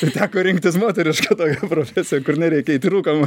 tai teko rinktis moterišką tokią profesiją kur nereikia eit į rūkomą